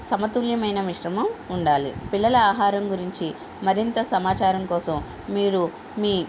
సమతుల్యమైన మిశ్రమం ఉండాలి పిల్లల ఆహరం గురించి మరింత సమాచారం కోసం మీరు మీ